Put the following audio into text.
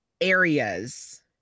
areas